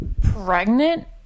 Pregnant